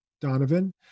Donovan